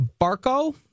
Barco